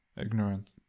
ignorant